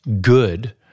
Good